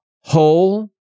Whole